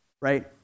right